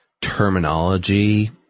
terminology